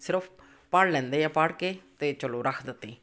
ਸਿਰਫ਼ ਪੜ੍ਹ ਲੈਂਦੇ ਆ ਪੜ੍ਹ ਕੇ ਅਤੇ ਚਲੋ ਰੱਖ ਦਿੱਤੀ